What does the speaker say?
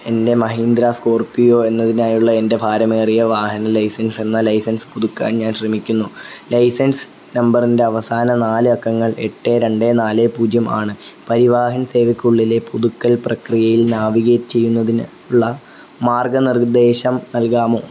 എൻ്റെ മഹീന്ദ്ര സ്കോർപിയോ എന്നതിനായുള്ള എൻ്റെ ഭാരമേറിയ വാഹന ലൈസൻസ് എന്ന ലൈസൻസ് പുതുക്കാൻ ഞാൻ ശ്രമിക്കുന്നു ലൈസൻസ് നമ്പറിൻ്റെ അവസാന നാല് അക്കങ്ങൾ എട്ട് രണ്ട് നാല് പൂജ്യം ആണ് പരിവാഹൻ സേവയ്ക്കുള്ളിലെ പുതുക്കൽ പ്രക്രിയയിൽ നാവിഗേറ്റ് ചെയ്യുന്നതിന് ഉള്ള മാർഗ്ഗനിർദ്ദേശം നൽകാമോ